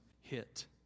hit